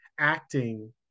acting